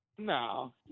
No